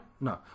No